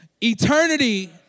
Eternity